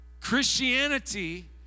Christianity